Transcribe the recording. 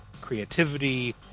creativity